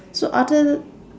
so other